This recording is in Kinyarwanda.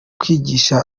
kwigisha